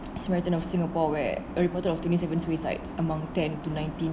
samaritans of singapore where a reported of twenty seven suicides among ten to nineteen